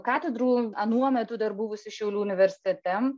katedrų anuo metu dar buvusi šiaulių universitete